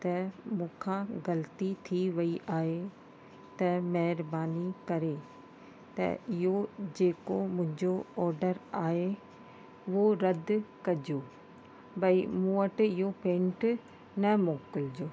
त मूं खां ग़लिती थी वेई आहे त महिरबानी करे त इहो जेको मुंहिंजो ऑडर आहे उहो रद्द कजो भाई मूं वटि इहो पेंट न मोकिलिजो